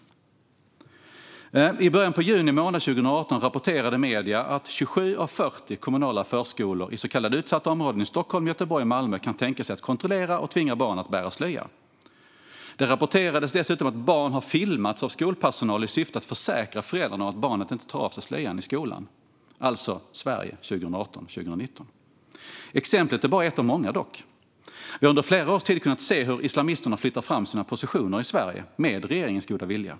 I början av juni månad 2018 rapporterade medier att 27 av 40 kommunala förskolor i så kallade utsatta områden i Stockholm, Göteborg och Malmö kan tänka sig att kontrollera barn och tvinga dem att bära slöja. Det rapporterades dessutom att skolpersonal filmat barn i syfte att försäkra föräldrarna om att barnet inte tar av sig slöjan i skolan. Detta är alltså Sverige 2018-2019. Exemplet är dock bara ett av många. Vi har under flera års tid kunnat se hur islamisterna flyttat fram sina positioner i Sverige med regeringens goda vilja.